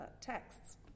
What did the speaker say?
texts